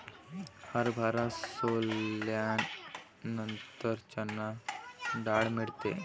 हरभरा सोलल्यानंतर चणा डाळ मिळते